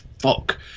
fuck